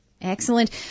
Excellent